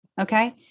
okay